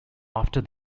after